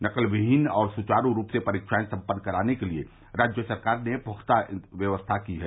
नक़लविहीन और सुचारू रूप से परीक्षाएं सम्पन्न कराने के लिये राज्य सरकार ने पुख्ता व्यवस्थाएं की हैं